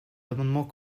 amendements